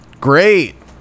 great